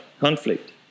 conflict